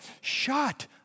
shut